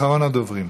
אחרון הדוברים.